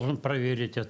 פתרון אחד.